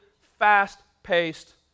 fast-paced